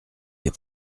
des